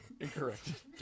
Incorrect